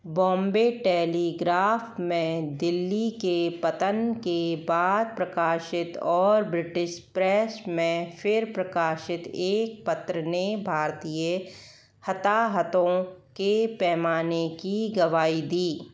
Bombay Telegraph में दिल्ली के पतन के बाद प्रकाशित और ब्रिटिश प्रेस में फिर प्रकाशित एक पत्र ने भारतीय हताहतों के पैमाने की गवाही दी